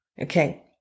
Okay